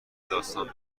داستان